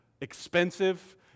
expensive